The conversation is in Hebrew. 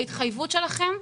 ההתחייבות שלכם,